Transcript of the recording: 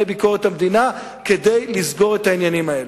ביקורת המדינה כדי לסגור את העניינים האלה.